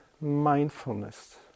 mindfulness